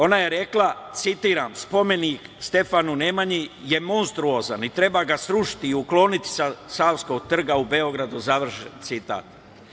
Ona je rekla, citiram – spomenik Stefanu Nemanji je monstruozan i treba ga srušiti i ukloniti sa Savskog trga u Beogradu, završen citat.